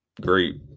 great